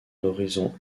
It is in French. horizon